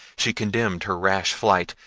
she condemned her rash flight,